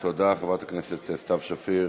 תודה, חברת הכנסת סתיו שפיר.